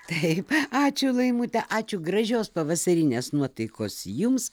taip ačiū laimute ačiū gražios pavasarinės nuotaikos jums